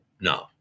No